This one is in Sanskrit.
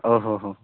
ओ हो हो